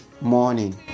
morning